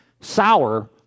sour